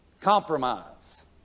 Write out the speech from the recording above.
Compromise